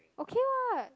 okay what